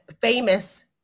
famous